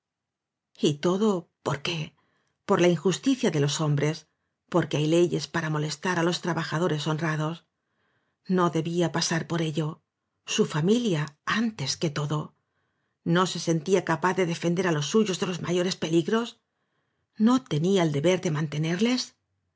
todo por qué por la injusticia de los hombres porque hay leyes para molestar á los trabajadores honrados no debía pasar por ello su familia antes que todo no se sentía capaz de defender á los suyos de los mayores peligros no tenía el deber de mantenerles